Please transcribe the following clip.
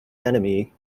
enemy